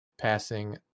passing